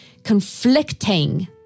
conflicting